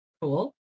Cool